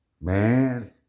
man